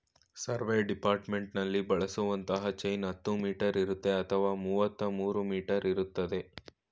survey ಡಿಪಾರ್ಟ್ಮೆಂಟ್ನಲ್ಲಿ ಬಳಸುವಂತ chain ಹತ್ತು ಮೀಟರ್ ಇರುತ್ತೆ ಅಥವಾ ಮುವತ್ಮೂರೂ ಮೀಟರ್ ಇರ್ತದೆ